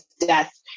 death